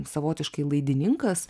savotiškai laidininkas